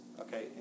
okay